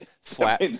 flat